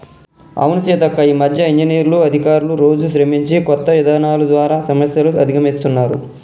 అవును సీతక్క ఈ మధ్య ఇంజనీర్లు అధికారులు రోజు శ్రమించి కొత్త ఇధానాలు ద్వారా సమస్యలు అధిగమిస్తున్నారు